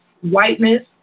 whiteness